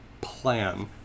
plan